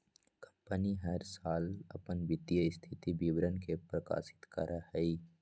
company हर साल अपन वित्तीय स्थिति विवरण के प्रकाशित करा हई